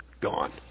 gone